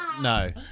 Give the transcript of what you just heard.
No